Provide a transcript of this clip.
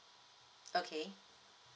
okay